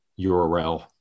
URL